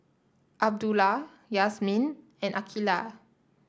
Abdullah Yasmin and Aqilah